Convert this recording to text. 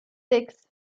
six